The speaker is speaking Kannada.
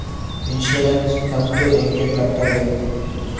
ಇನ್ಸುರೆನ್ಸ್ ಕಂತು ಹೆಂಗ ಕಟ್ಟಬೇಕು?